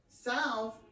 south